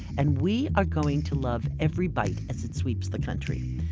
and we are going to love every bite as it sweeps the country.